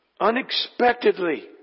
Unexpectedly